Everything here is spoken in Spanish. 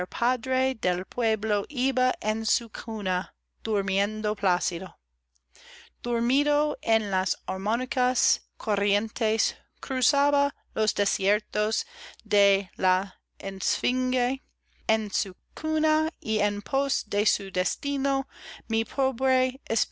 del pueblo iba en su cuna durmiendo plácido dormido en las armónicas corrientes cruzaba los desiertos de la